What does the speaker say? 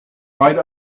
right